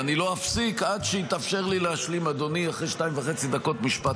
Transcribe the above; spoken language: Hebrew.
ואני לא אפסיק עד שיתאפשר לי להשלים משפט אחד אחרי שתי דקות וחצי,